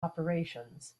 operations